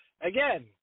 Again